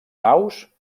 naus